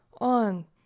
on